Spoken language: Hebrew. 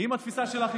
לא, אתה רואה?